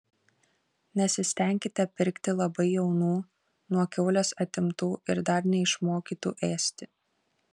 nesistenkite pirkti labai jaunų nuo kiaulės atimtų ir dar neišmokytų ėsti